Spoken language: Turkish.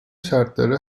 şartları